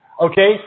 Okay